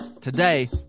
today